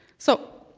so,